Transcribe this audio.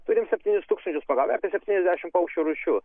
turim septynis tūkstančius pagavę apie septyniasdešimt paukščių rūšių